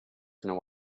know